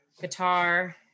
guitar